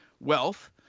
wealth